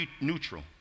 neutral